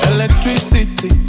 Electricity